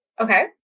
Okay